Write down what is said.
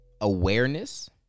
awareness